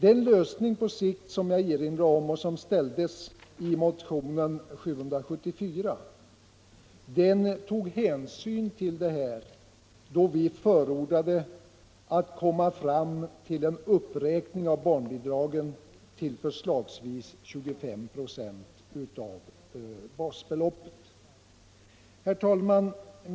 Den lösning på sikt som jag erinrade om och som föreslogs i motionen 774 till årets riksdag tar hänsyn härtill. Vi förordar där att komma fram till en uppräkning av barnbidragen till förslagsvis 25 926 av basbeloppet. Herr talman!